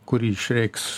kurį išreikš